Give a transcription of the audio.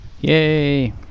Yay